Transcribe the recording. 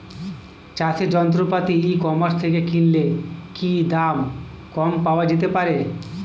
চাষের যন্ত্রপাতি e commerce থেকে কিনলে কি দাম কম পাওয়া যেতে পারে?